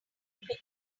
pitcher